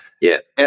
Yes